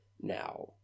Now